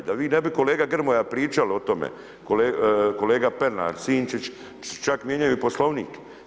Da vi ne bi, kolega Grmoja pričali o tome, kolega Pernar, Sinčić, čak mijenjaju Poslovnik.